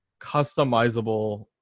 customizable